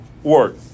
work